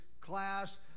class